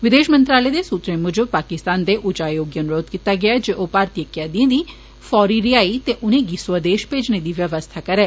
विदेश मंत्रालय दे सूत्रे मूजब पाकिस्तान दे उच्चायोग गी अनुरोघ कीता गेआ ऐ जे ओह भारतीय कैदिए दी फौरी रिहाई ते उनेंगी स्वदेश भेजने दी व्यवस्था करै